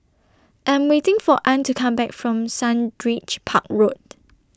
I'm waiting For Ann to Come Back from Sundridge Park Road